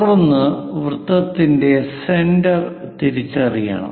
തുടർന്ന് വൃത്തത്തിന്റെ സെന്റർ തിരിച്ചറിയണം